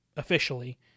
Officially